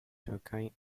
türkei